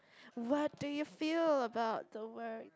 what do you feel about the work